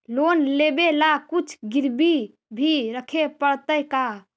Loan लेबे ल कुछ गिरबी भी रखे पड़तै का?